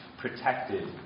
protected